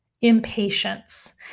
impatience